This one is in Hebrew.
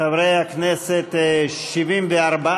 זנות ומתן סיוע לשורדות זנות,